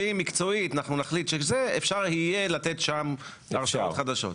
שאם נחליט מקצועית אפשר יהיה לתת שם הרשאות חדשות.